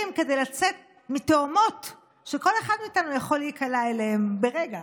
בו כדי לצאת מתהומות שכל אחד מאיתנו יכול להיקלע אליהן ברגע.